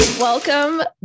Welcome